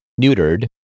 neutered